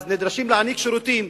אז נדרשים להעניק שירותים,